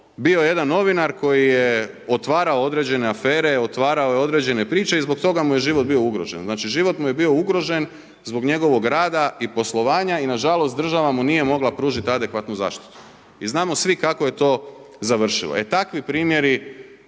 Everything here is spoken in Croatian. bio jedan novinar koji je otvarao određene afere, otvarao je određene priče i zbog toga mu je život bio ugrožen. Znači život mu je bio ugrožen zbog njegovog rada i poslovanja i nažalost država mu nije mogla pružiti adekvatnu zaštitu i znamo svi kako je to završilo. E takvi primjeri